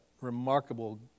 remarkable